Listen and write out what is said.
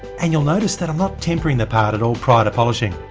and you'll notice that i'm not tempering the part at all prior to polishing.